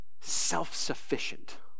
self-sufficient